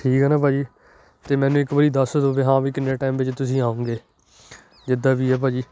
ਠੀਕ ਹੈ ਨਾ ਭਾਅ ਜੀ ਅਤੇ ਮੈਨੂੰ ਇੱਕ ਵਾਰੀ ਦੱਸ ਦਿਉ ਵੀ ਹਾਂ ਵੀ ਕਿੰਨੇ ਟਾਈਮ ਵਿੱਚ ਤੁਸੀਂ ਆਓਂਗੇ ਜਿੱਦਾਂ ਵੀ ਹੈ ਭਾਅ ਜੀ